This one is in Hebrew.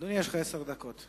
אדוני, יש לך עשר דקות.